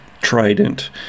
trident